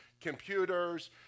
computers